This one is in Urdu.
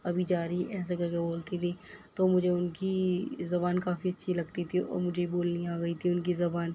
ابھی جا رہی ایسے کر کے بولتی تھیں تو مجھے ان کی زبان کافی اچھی لگتی تھی اور مجھے بولنی آگئی تھی ان کی زبان